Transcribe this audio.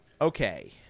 okay